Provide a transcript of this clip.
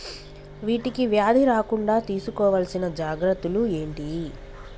వీటికి వ్యాధి రాకుండా తీసుకోవాల్సిన జాగ్రత్తలు ఏంటియి?